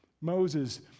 moses